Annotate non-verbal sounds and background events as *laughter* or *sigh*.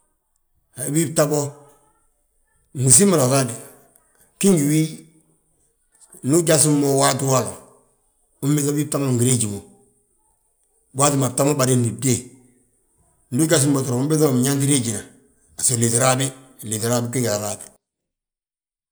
A bii bta bo, *unintelligible* agaadni, bgí ngi wiyi; Ndu ujasi mo waati waati, umbiiŧa bi bta ma ngi riiji mo. Waati ma bta ma bareni fdée, ndu ujasi mo ubiiŧa binyaanti riijina baso liiti raabi, liiti raabi. *unintelligible*